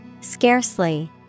Scarcely